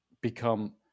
become